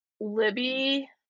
Libby